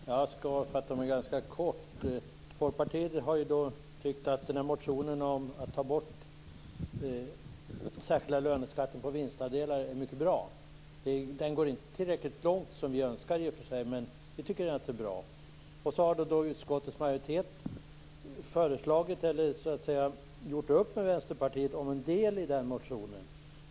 Herr talman! Jag skall fatta mig ganska kort. Folkpartiet har tyckt att motionen om att ta bort den särskilda löneskatten på vinstandelar är mycket bra. Den går i och för sig inte tillräckligt långt enligt våra önskemål, men den är bra. Utskottets majoritet har så gjort upp med Vänsterpartiet om en del i den motionen.